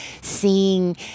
seeing